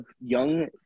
young